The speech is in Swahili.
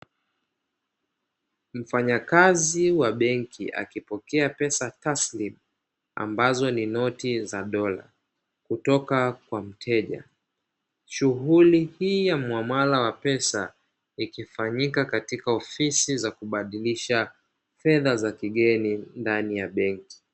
Mfanyakazi wa benki akipokea pesa taslimu ambazo ni noti za dola kutoka kwa mteja. Shughuli hii ya muamala wa pesa ikifanyika katika ofisi za kubadilisha fedha za kigeni ndani ya benki.